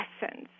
essence